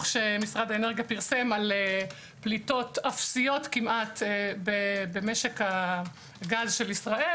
שמשרד האנרגיה פרסם על פליטות אפסיות כמעט במשק הגז של ישראל.